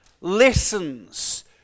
listens